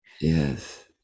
Yes